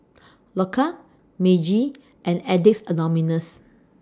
Loacker Meiji and Addicts Anonymous